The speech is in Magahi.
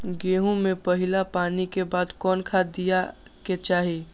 गेंहू में पहिला पानी के बाद कौन खाद दिया के चाही?